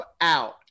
out